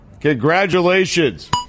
congratulations